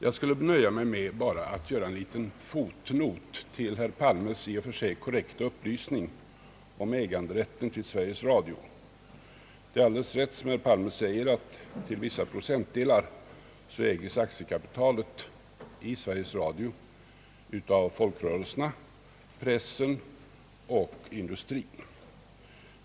Jag skall nöja mig med att göra en liten fotnot till herr Palmes i och för sig riktiga upplysning om äganderätten till Sveriges Radio. Det är alldeles riktigt, som han säger, att till vissa procentdelar äges aktiekapitalet i Sveriges Radio av folkrörelserna, pressen och industrin.